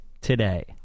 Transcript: today